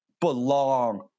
belong